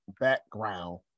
background